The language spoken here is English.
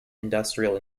industrial